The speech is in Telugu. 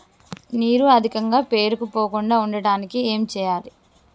నీరు అధికంగా పేరుకుపోకుండా ఉండటానికి ఏం చేయాలి?